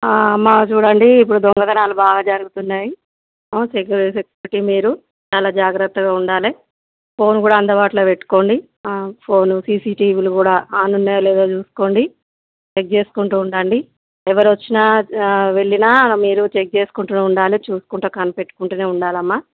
అమ్మ చూడండి ఇప్పుడు దొంగతనాలు బాగా జరుగుతున్నాయి మీరు చాలా జాగ్రత్తగా ఉండాలి ఫోన్ కూడా అందుబాటులో పెట్టుకోండి ఫోను సిసి టీవీలు కూడా ఆన్ ఉన్నాయో లేవో చూసుకోండి చెక్ చేసుకుంటూ ఉండండి ఎవరొచ్చినా వెళ్ళినా మీరు చెక్ చేసుకుంటూ ఉండాలి చూసుకుంటూ కనిపెట్టుకుంటూనే ఉండాలమ్మ